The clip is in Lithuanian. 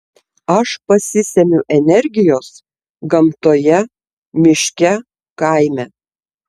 aš pasisemiu energijos gamtoje miške kaime